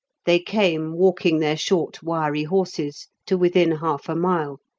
they came walking their short wiry horses to within half a mile,